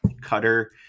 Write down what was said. cutter